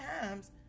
times